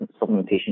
supplementation